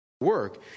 work